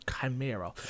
Chimera